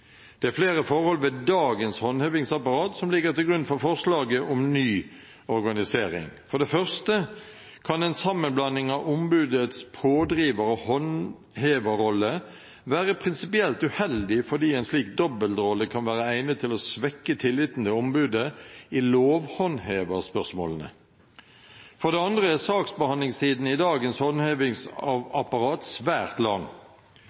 Det er flere forhold ved dagens håndhevingsapparat som ligger til grunn for forslaget om ny organisering. For det første kan en sammenblanding av ombudets pådriverrolle og håndheverrolle være prinsipielt uheldig, fordi en slik dobbeltrolle kan være egnet til å svekke tilliten til ombudet i lovhåndheverspørsmålene. For det andre er saksbehandlingstiden i dagens håndhevingsapparat svært lang.